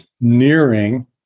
nearing